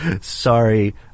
sorry